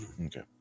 Okay